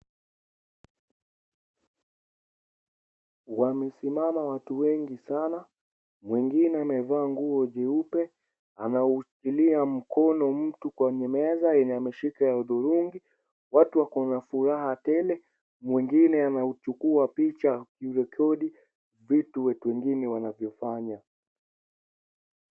Wamesimama watu wengi sana, mwingine amevaa nguo jeupe. Anautilia mtu mkono kwenye meza, mwenye ameshika ya hudhurungi. Watu wako na furaha tele, mwingine anachukua picha kurekodi vitu wengine wanavyofanya.